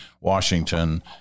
Washington